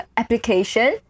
application